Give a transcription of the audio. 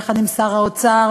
ויחד עם שר האוצר,